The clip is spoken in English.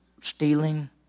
stealing